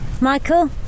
Michael